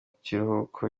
kiruhuko